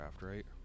right